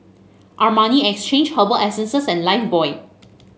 Armani Exchange Herbal Essences and Lifebuoy